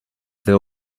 their